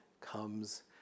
comes